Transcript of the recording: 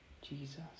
Jesus